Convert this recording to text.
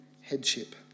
headship